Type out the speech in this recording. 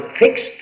fixed